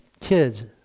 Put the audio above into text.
kids